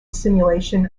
simulation